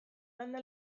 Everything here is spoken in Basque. landa